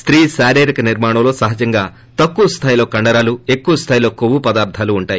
స్తీ శారీరిక నిర్మాణంలో సహజంగా తక్కువ స్దాయిలో కండరాలు ఎక్కువ స్థాయిలో కొవ్వు పదార్గాలు ఉంటాయి